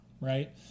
right